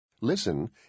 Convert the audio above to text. Listen